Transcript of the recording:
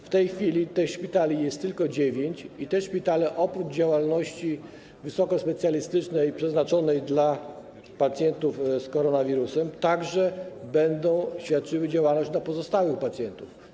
W tej chwili tych szpitali jest tylko dziewięć i te szpitale, oprócz działalności wysokospecjalistycznej, przeznaczonej dla pacjentów z koronawirusem, także będą świadczyły, prowadziły działalność dla pozostałych pacjentów.